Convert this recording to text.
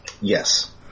Yes